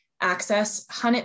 access